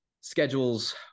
schedules